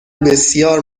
بسیار